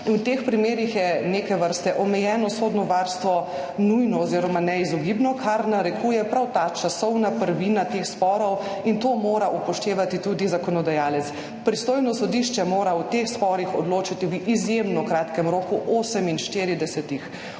V teh primerih je neke vrste omejeno sodno varstvo nujno oziroma neizogibno, kar narekuje prav ta časovna prvina teh sporov, in to mora upoštevati tudi zakonodajalec. Pristojno sodišče mora v teh sporih odločiti v izjemno kratkem roku 48